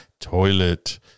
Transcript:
toilet